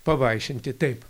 pavaišinti taip